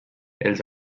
els